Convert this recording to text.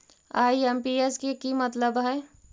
IMPS के कि मतलब है?